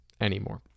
anymore